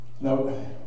Now